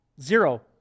zero